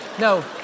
No